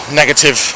negative